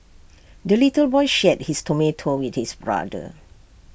the little boy shared his tomato with his brother